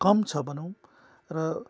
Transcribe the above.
कम छ भनौँ र